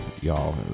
y'all